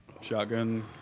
shotgun